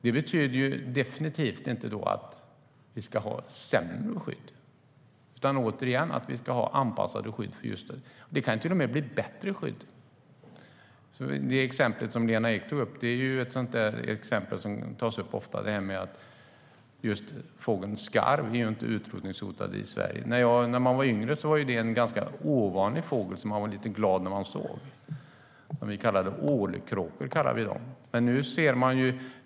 Det betyder definitivt inte att vi ska ha ett sämre skydd utan att vi ska ha anpassade skydd. Det kan till och med bli ett bättre skydd. Det exempel som Lena Ek gav tas ofta upp just för att visa på problemet. Fågeln skarv är inte utrotningshotad i Sverige. När jag var yngre var det en ganska ovanlig fågel, och vi blev glada när vi såg den. Vi kallade den ålkråka.